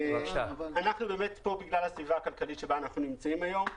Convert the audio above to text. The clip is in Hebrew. אנחנו כאן בגלל הסביבה הכלכלית בה אנחנו נמצאים היום.